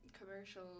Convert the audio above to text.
commercial